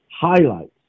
highlights